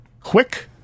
Quick